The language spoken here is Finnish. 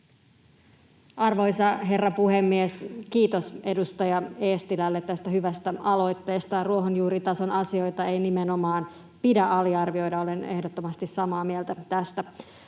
Arvoisa herra puhemies! Kiitos edustaja Eestilälle tästä hyvästä aloitteesta. Ruohonjuuritason asioita ei nimenomaan pidä aliarvioida, olen ehdottomasti samaa mieltä tästä.